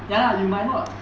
ya lah you might not